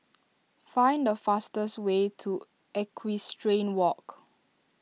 find the fastest way to Equestrian Walk